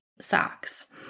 socks